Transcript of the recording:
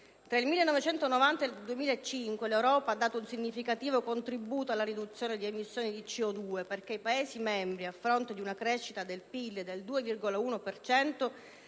Tra il 1990 e il 2005 l'Europa ha dato un significativo contributo alla riduzione di emissioni di CO2 perché i Paesi membri, a fronte di una crescita del PIL del 2,1